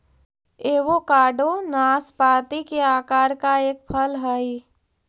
avocado नाशपाती के आकार का एक फल हई